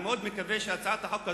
אני מאוד מקווה שהצעת החוק הזאת,